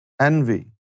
Envy